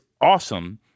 awesome